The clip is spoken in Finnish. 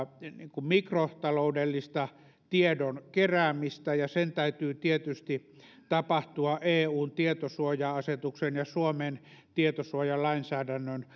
mikrotaloudellista tiedon keräämistä ja sen täytyy tietysti tapahtua eun tietosuoja asetuksen ja suomen tietosuojalainsäädännön